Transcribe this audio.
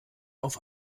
auf